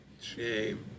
Shame